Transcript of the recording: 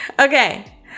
Okay